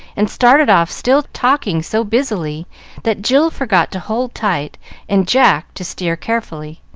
and started off still talking so busily that jill forgot to hold tight and jack to steer carefully.